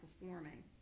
performing